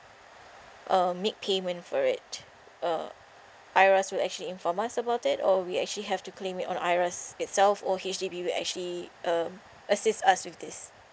uh make payment for it uh IRAS will actually inform us about it or we actually have to claim or on IRAS itself or H_D_B will actually um assist us with this